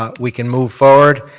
um we can move forward.